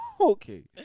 Okay